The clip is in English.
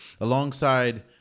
alongside